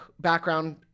background